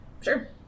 Sure